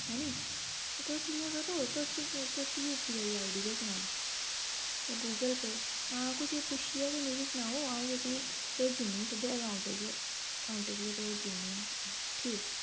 हैनी ते तुस इ'यां करो तुस तुस यू पी आईडी गै सनाओ ते गूगल पे हां कुसै गी पुच्छियै गै मिगी सनाओ अ'ऊं तुसें भेजनी सिद्धे अकांउट च अकांउट च गै भेजनी आं ठीक ऐ